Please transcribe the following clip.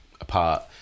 apart